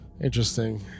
Interesting